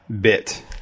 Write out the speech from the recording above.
bit